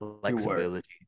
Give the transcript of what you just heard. Flexibility